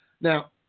Now